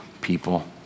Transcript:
people